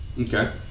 Okay